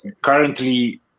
currently